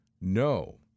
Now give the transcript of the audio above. No